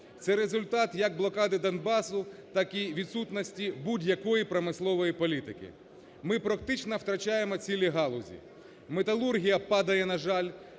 Це результат як блокади Донбасу, так і відсутності будь-якої промислової політики. Ми практично втрачаємо цілі галузі: металургія падає, на жаль,